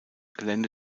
gelände